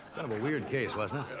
and of a weird case, wasn't